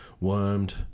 Wormed